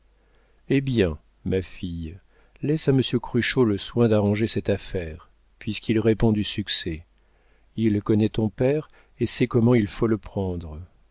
eh bien ma fille laisse à monsieur cruchot le soin d'arranger cette affaire puisqu'il répond du succès il connaît ton père et sait comment il faut le prendre